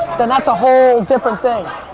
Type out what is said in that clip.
then that's a whole different thing.